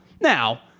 Now